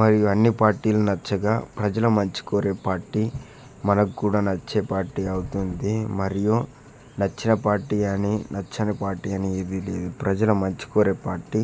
మరియు అన్నీ పార్టీలు నచ్చక ప్రజల మంచి కోరే పార్టీ మనకు కూడా నచ్చే పార్టీ అవుతుంది మరియు నచ్చిన పార్టీ అని నచ్చని పార్టీ అని ఏది లేదు ప్రజల మంచి కోరే పార్టీ